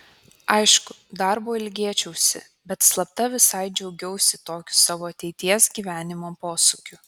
aišku darbo ilgėčiausi bet slapta visai džiaugiausi tokiu savo ateities gyvenimo posūkiu